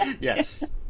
Yes